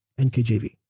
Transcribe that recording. NKJV